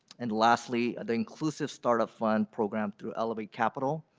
and lastly, an inclusive start-up fund program to elevate capital.